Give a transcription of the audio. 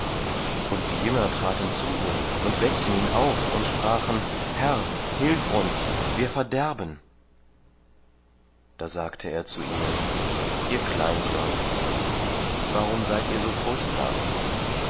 und die jünger traten zu ihm und weckten ihn auf und sprachen herr hilf uns wir verderben da sagte er zu ihnen ihr kleingläubigen warum seid ihr so furchtsam